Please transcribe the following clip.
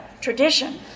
tradition